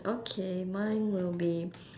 okay mine will be